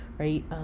right